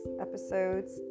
Episodes